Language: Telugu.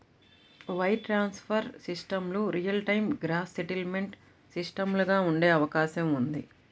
వైర్ ట్రాన్స్ఫర్ సిస్టమ్లు రియల్ టైమ్ గ్రాస్ సెటిల్మెంట్ సిస్టమ్లుగా ఉండే అవకాశం ఉంది